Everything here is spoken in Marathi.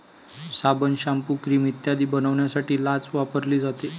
साबण, शाम्पू, क्रीम इत्यादी बनवण्यासाठी लाच वापरली जाते